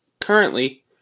Currently